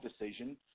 decision